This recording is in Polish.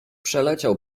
przeleciał